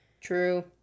True